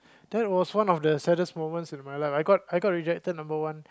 that was one of the saddest moments of my life I got I got rejected number one